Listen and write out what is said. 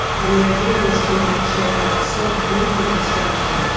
and the idea was to make a chair that was so beautifully constructed,